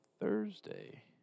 Thursday